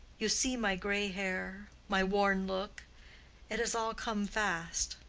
you see my gray hair, my worn look it has all come fast.